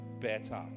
better